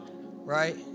right